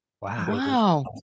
Wow